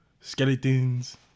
Skeletons